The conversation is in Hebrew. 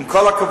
עם כל הכבוד.